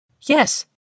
Yes